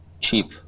cheap